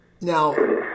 Now